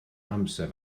amser